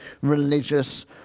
religious